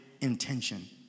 intention